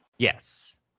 Yes